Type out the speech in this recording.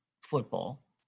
football